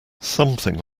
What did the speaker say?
something